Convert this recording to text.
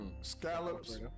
scallops